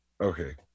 Okay